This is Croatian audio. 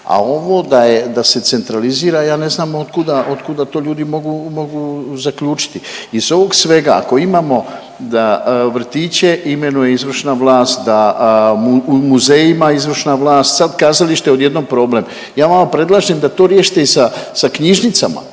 A ovo da se centralizira ja ne znam od kuda to ljudi mogu zaključiti. Iz ovog svega ako imamo da vrtiće imenuje izvršna vlast, da u muzejima izvršna vlast. Sad kazalište odjednom problem. Ja vama predlažem da to riješite i sa knjižnicama,